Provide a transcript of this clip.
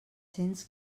cents